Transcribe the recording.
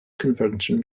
convention